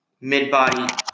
mid-body